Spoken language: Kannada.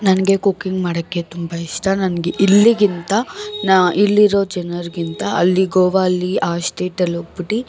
ನನಗೆ ಕುಕಿಂಗ್ ಮಾಡಕ್ಕೆ ತುಂಬ ಇಷ್ಟ ನನಗೆ ಇಲ್ಲಿಗಿಂತ ನಾ ಇಲ್ಲಿರೋ ಜನರಿಗಿಂತ ಅಲ್ಲಿ ಗೋವಾ ಅಲ್ಲಿ ಆ ಸ್ಟೇಟಲ್ಲೋಗ್ಬಿಟ್ಟು